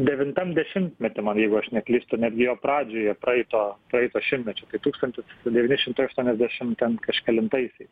devintam dešimtmety man jeigu aš neklystu netgi jo pradžioj praeito praeito šimtmečio kai tūkstantis devyni šimtai aštuoniasdešim ten kažkelintaisiais